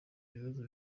ibibazo